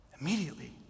Immediately